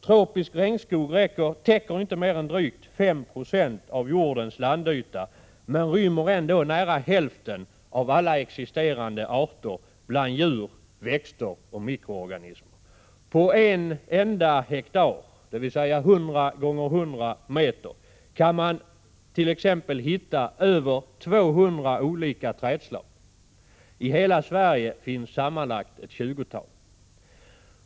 Tropisk regnskog täcker inte mer än drygt 5 96 av jordens landyta, men rymmer ändå nära hälften av alla existerande arter av djur, växter och mikroorganismer. På en enda hektar, dvs. 100 gånger 100 meter, kan man t.ex. hitta över 200 olika trädslag. I hela Sverige finns sammanlagt ett tjugotal.